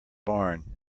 barn